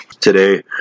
Today